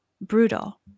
brutal